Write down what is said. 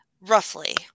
Roughly